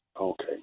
Okay